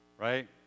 right